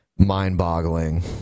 mind-boggling